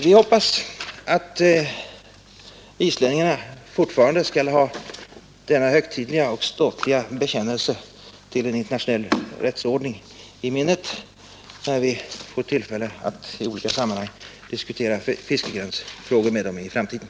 Vi hoppas att islänningarna fortfarande skall ha denna högtidliga och ståtliga bekännelse till en internationell rättsordning i minnet, när vi får tillfälle att i olika sammanhang diskutera fiskegränsfrågor med dem i framtiden.